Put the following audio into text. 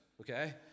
Okay